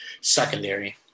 secondary